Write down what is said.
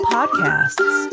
Podcasts